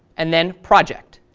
and then project.